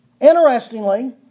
Interestingly